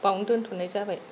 बेयावनो दोनथ'नाय जाबाय